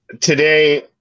today